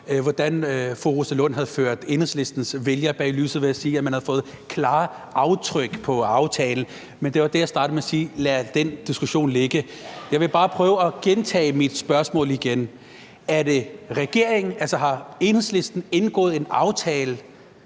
hvordan fru Rosa Lund havde ført Enhedslistens vælgere bag lyset ved at sige, at man havde fået klare aftryk på aftalen. Men det var det, jeg startede med at sige: Lad den diskussion ligge. Jeg vil bare prøve at gentage mit spørgsmål: Har Enhedslisten indgået en aftale,